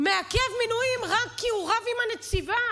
מעכב מינויים רק כי הוא רב עם הנציבה.